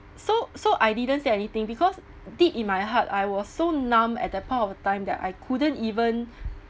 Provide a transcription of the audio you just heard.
so so I didn't say anything because deep in my heart I was so numb at that point of time that I couldn't even